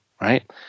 right